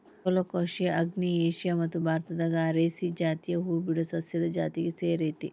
colocasia ಆಗ್ನೇಯ Asia ಮತ್ತು ಭಾರತದಾಗ ಅರೇಸಿ ಜಾತಿಯ ಹೂಬಿಡೊ ಸಸ್ಯದ ಜಾತಿಗೆ ಸೇರೇತಿ